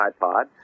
ipod